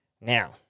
Now